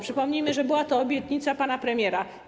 Przypomnijmy, że była to obietnica pana premiera.